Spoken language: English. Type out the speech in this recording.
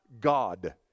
God